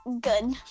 good